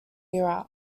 iraq